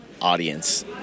audience